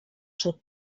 czy